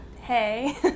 Hey